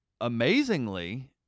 amazingly